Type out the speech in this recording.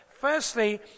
Firstly